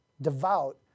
devout